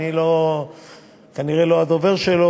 אני כנראה לא הדובר שלו,